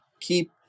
keep